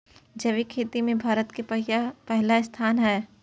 जैविक खेती में भारत के पहिला स्थान हय